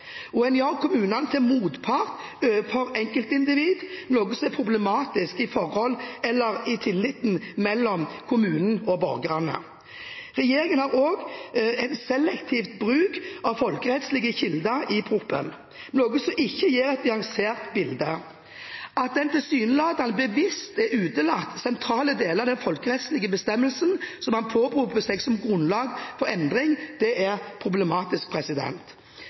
tilliten mellom kommunene og borgerne. Regjeringen har også en selektiv bruk av folkerettslige kilder i proposisjonen, noe som ikke gir et nyansert bilde. At en tilsynelatende bevisst har utelatt sentrale deler av den folkerettslige bestemmelsen som man påberoper seg som grunnlag for endring, er problematisk.